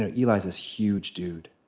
ah eli is this huge dude,